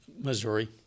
Missouri